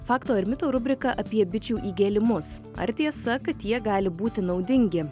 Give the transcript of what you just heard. faktų ar mitų rubrika apie bičių įgėlimus ar tiesa kad jie gali būti naudingi